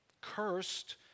Cursed